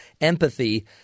empathy